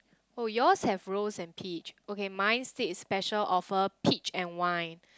oh yours have rose and peach okay mine states special offer peach and wine